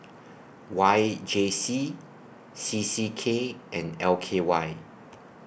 Y J C C C K and L K Y